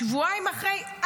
שבועיים אחרי,